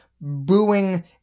booing